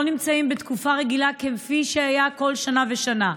נמצאים בתקופה הרגילה כפי שהיה כל שנה בשנה.